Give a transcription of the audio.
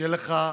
שיהיה לך בהצלחה.